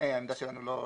העמדה שלנו לא השתנתה.